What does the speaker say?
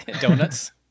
Donuts